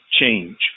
change